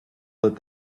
that